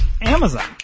Amazon